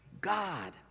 God